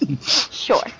Sure